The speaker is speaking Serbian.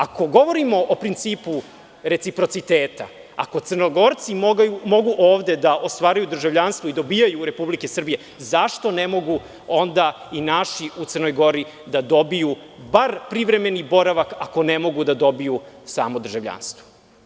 Ako govorimo o principu reciprociteta, ako Crnogorci mogu ovde da ostvaruju državljanstvo i dobijaju Republike Srbije, zašto ne mogu onda i naši u Crnoj Gori da dobiju bar privremeni boravak, ako ne mogu da dobiju samo državljanstvo.